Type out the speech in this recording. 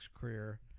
career